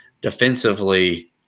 defensively